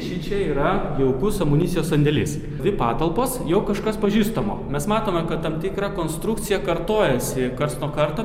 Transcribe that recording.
šičia yra jaukus amunicijos sandėlis dvi patalpos jau kažkas pažįstamo mes matome kad tam tikra konstrukcija kartojasi kartas nuo karto